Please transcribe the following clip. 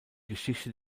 geschichte